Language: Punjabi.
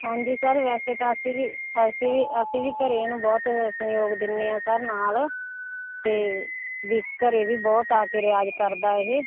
ਹਾਂਜੀ ਸਰ ਵੈਸੇ ਤਾਂ ਅਸੀਂ ਵੀ ਅਸੀਂ ਵੀ ਅਸੀਂ ਵੀ ਘਰ ਇਹਨੂੰ ਬਹੁਤ ਸਹਿਯੋਗ ਦਿੰਦੇ ਹਾਂ ਸਰ ਨਾਲ ਅਤੇ ਵੀ ਘਰ ਵੀ ਬਹੁਤ ਆ ਕੇ ਰਿਆਜ਼ ਕਰਦਾ ਇਹ